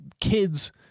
kids